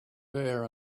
there